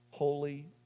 holy